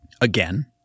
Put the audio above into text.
again